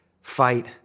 fight